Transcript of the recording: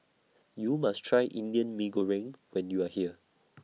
YOU must Try Indian Mee Goreng when YOU Are here